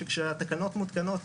כשהתקנות מותקנות,